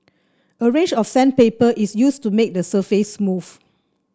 a range of sandpaper is used to make the surface smooth